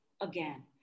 again